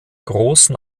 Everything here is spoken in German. großen